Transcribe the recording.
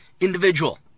individual